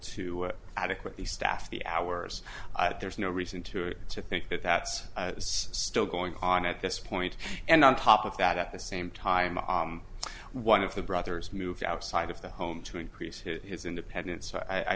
to adequately staff the hours there's no reason to it to think that that is still going on at this point and on top of that at the same time one of the brothers moved outside of the home to increase his independence so i